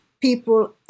people